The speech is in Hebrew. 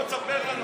בוא תספר.